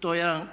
to jedan